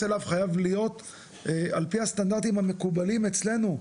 אליו חייב להיות על פי הסטנדרטים המקובלים אצלנו,